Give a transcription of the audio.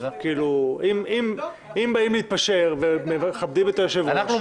אם באים להתפשר ומכבדים את היושב-ראש --- אנחנו נדבר עם יריב.